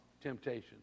temptation